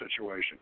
situation